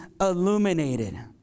illuminated